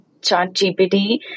ChatGPT